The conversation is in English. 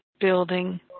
building